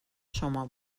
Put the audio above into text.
شما